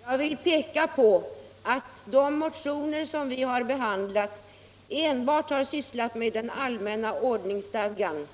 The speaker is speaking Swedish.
Herr talman! Jag vill peka på att de motioner som vi har behandlat enbart har sysslat med den allmänna ordningsstadgan.